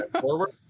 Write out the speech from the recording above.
forward